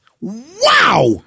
Wow